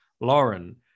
Lauren